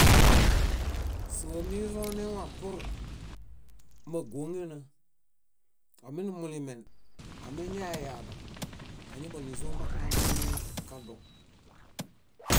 Sóo mironewa pur máguoŋena. Ominimulimen, amiñaeyaḃen, áñaḃanizo moamamii kaduŋ.